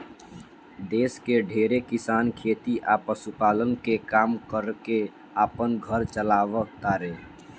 देश के ढेरे किसान खेती आ पशुपालन के काम कर के आपन घर चालाव तारे